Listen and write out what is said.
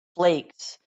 flakes